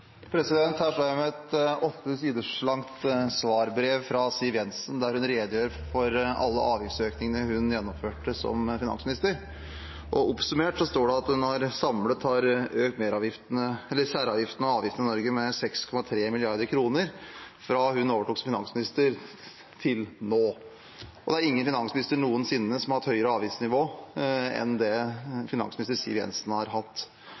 Her står jeg med et åtte sider langt svarbrev fra Siv Jensen der hun redegjør for alle avgiftsøkningene hun gjennomførte som finansminister. Oppsummert står det at hun samlet har økt særavgiftene og avgiftene i Norge med 6,3 mill. kr fra hun overtok som finansminister, til nå. Det er ingen finansminister noensinne som har hatt høyere avgiftsnivå enn det finansminister Siv Jensen har hatt.